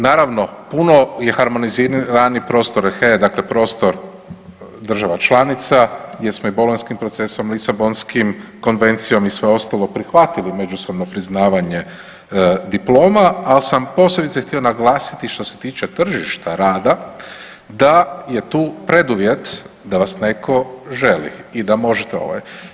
Naravno, puno je harmoniziraniji prostor …/nerazumljivo/… dakle prostor država članica gdje smo i Bolonjskim procesom, Lisabonskim konvencijom i sve ostalo prihvatili međusobno priznavanje diploma, ali sam posebice htio naglasiti što se tiče tržišta rada da je tu preduvjet da vas netko želi i da možete